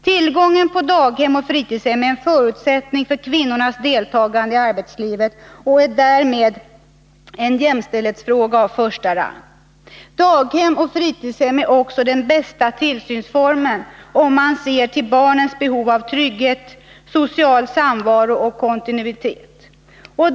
Tillgången till daghem och fritidshem är en förutsättning för kvinnornas deltagande i arbetslivet och är därmed en jämställdhetsfråga av första rang. Daghem och fritidshem är också den bästa tillsynsformen om man ser till barnens behov av trygghet, social samvaro och kontinuitet.